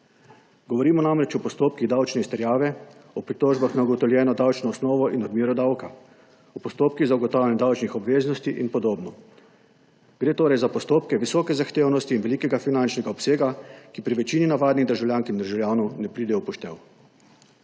Govorimo namreč o postopkih davčne izterjave, o pritožbah na ugotovljeno davčno osnovo in odmero davka, o postopkih za ugotavljanje davčnih obveznosti in podobno. Gre torej za postopke visoke zahtevnosti in velikega finančnega obsega, ki pri večini navadnih državljank in državljanov ne pridejo v poštev.